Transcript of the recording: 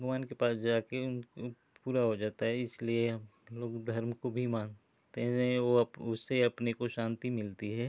भगवान के पास जा कर पूरा हो जाता है इसलिए हम लोग धर्म को भी मानते हैं वो उससे अपने को शांति मिलती है